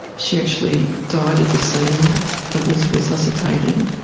she actually died at the scene but was resuscitated,